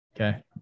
okay